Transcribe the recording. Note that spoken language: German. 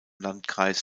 landkreis